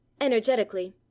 energetically